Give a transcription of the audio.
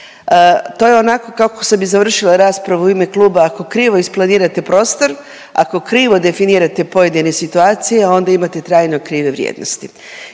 to je onako kako sam i završila raspravu u ime kluba ako krivo isplanirate prostor, ako krivo definirate pojedine situacije onda imate trajno krive vrijednosti.